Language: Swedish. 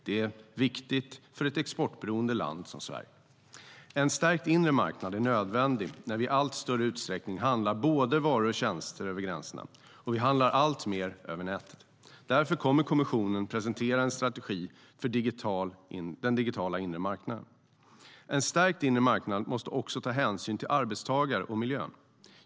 Det är viktigt för ett exportberoende land som Sverige.En stärkt inre marknad måste också ta hänsyn till arbetstagare och miljö.